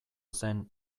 zen